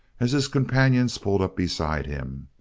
as his companions pulled up beside him.